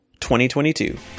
2022